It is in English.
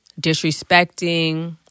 disrespecting